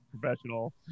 professional